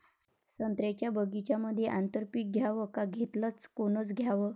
संत्र्याच्या बगीच्यामंदी आंतर पीक घ्याव का घेतलं च कोनचं घ्याव?